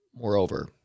moreover